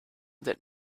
that